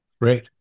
Great